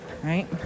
Right